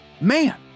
man